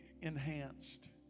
enhanced